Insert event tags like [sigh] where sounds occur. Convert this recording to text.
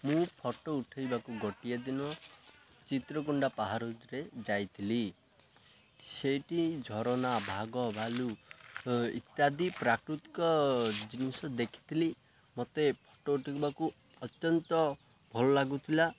ମୁଁ ଫଟୋ ଉଠେଇବାକୁ ଗୋଟିଏ ଦିନ ଚିତ୍ରକୁୁଣ୍ଡା [unintelligible] ରେ ଯାଇଥିଲି ସେଇଠି ଝରନା ବାଘ ଭାଲୁ ଇତ୍ୟାଦି ପ୍ରାକୃତିକ ଜିନିଷ ଦେଖିଥିଲି ମୋତେ ଫଟୋ ଉଠେଇବାକୁ ଅତ୍ୟନ୍ତ ଭଲ ଲାଗୁଥିଲା